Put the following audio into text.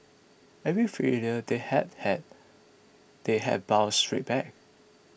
every failure they have had they have bounced straight back